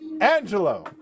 angelo